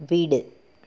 வீடு